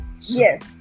Yes